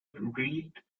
reed